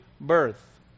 birth